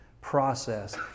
process